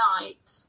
night